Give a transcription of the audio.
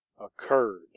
occurred